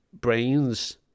brains